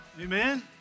Amen